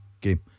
game